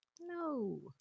No